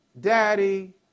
daddy